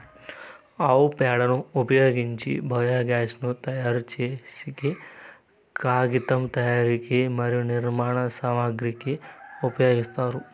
ఆవు పేడను ఉపయోగించి బయోగ్యాస్ ను తయారు చేసేకి, కాగితం తయారీకి మరియు నిర్మాణ సామాగ్రి కి ఉపయోగిస్తారు